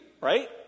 right